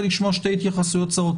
לשמוע שתי התייחסויות קצרות,